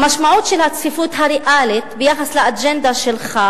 המשמעות של הצפיפות הריאלית ביחס לאג'נדה שלך,